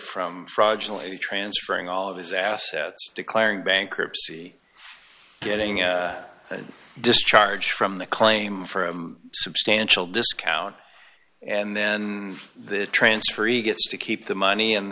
from fraudulent transferring all of his assets declaring bankruptcy getting a discharge from the claim for a substantial discount and then transferee gets to keep the money and